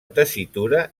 tessitura